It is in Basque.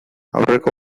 aurreko